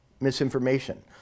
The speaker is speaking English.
misinformation